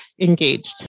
engaged